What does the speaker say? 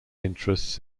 interests